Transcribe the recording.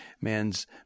Man's